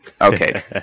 Okay